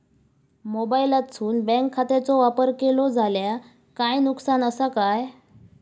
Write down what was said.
मोबाईलातसून बँक खात्याचो वापर केलो जाल्या काय नुकसान असा काय?